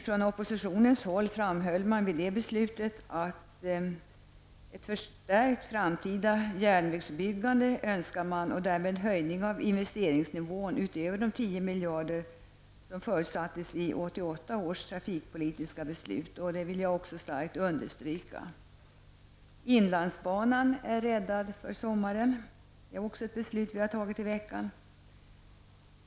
Från oppositionens håll framhöll man vid det beslutet önskemål om ett förstärkt framtida järnvägsbyggande och därmed en höjning av investeringsnivån utöver de tio miljarder som förutsattes i 1988 års trafikpolitiska beslut. Detta vill jag starkt understryka. Inlandsbanan är räddad för sommaren. Det är också ett beslut som vi har fattat i veckan.